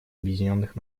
объединенных